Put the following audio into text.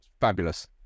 Fabulous